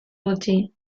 gutxi